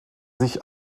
sich